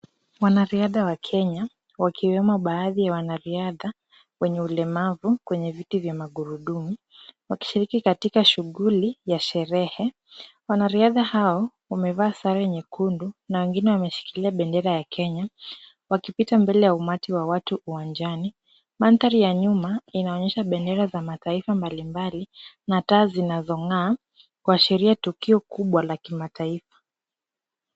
Mwanariadha wa Kenya, wakiwemo baadhi ya wanariadha wenye ulemavu kwenye viti vya magurudumu, wakishariki katika shughuli ya sherehe. Wanariadha hao wamevaa sare nyekundu na wengine wameshikilia bendera ya Kenya wakipita mbele ya umati wa watu uwanjani. Mandhari ya nyuma inaonyesha bendera za mataifa mbalimbali na taa zinazong'aa kuwashiria tukio kubwa la kimataifa.